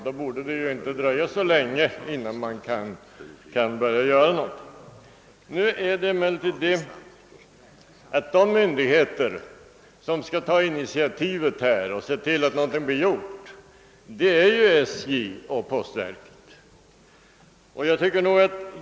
Då borde det inte dröja så länge innan man kan börja göra någonting. Nu förhåller det sig emellertid så, att de myndigheter som skall ta initiativet och se till att någonting blir gjort är SJ och postverket.